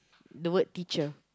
the word teacher